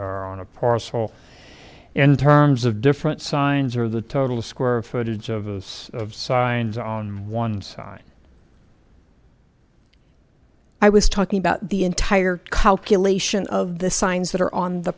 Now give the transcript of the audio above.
or on a parcel in terms of different signs or the total square footage of those signs on one side i was talking about the entire calculation of the signs that are on the